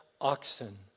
oxen